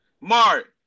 Mark